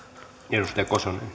arvoisa